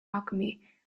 alchemy